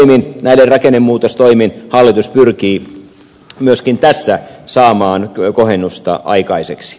eri rakennemuutostoimin hallitus pyrkii myöskin tässä saamaan kohennusta aikaiseksi